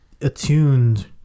attuned